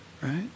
right